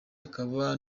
akaba